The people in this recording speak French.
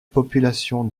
population